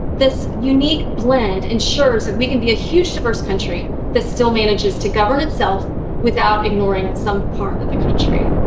this unique blend ensures that we can be a huge, diverse country that still manages to govern itself without ignoring some part of the country.